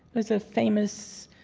that's a famous